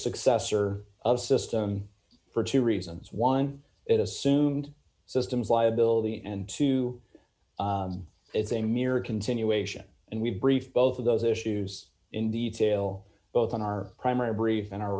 successor of system for two reasons one it assumed systems liability and two it's a mere continuation and we've briefed both of those issues in detail both in our primary brief in our